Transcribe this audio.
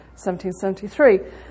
1773